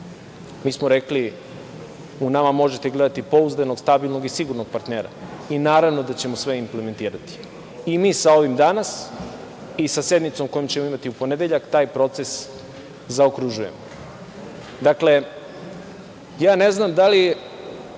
Mi smo rekli - u nama možete gledati pouzdanog, stabilnog i sigurnog partnera i naravno da ćemo sve implementirati. I mi sa ovim danas i sa sednicom kojom ćemo imati u ponedeljak taj proces zaokružujemo. Dakle, ja ne znam da li